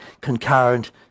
concurrent